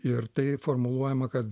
ir tai formuluojama kad